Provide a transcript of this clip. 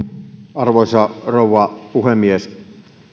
arvoisa rouva puhemies